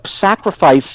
sacrifice